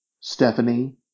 Stephanie